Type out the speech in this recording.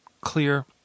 clear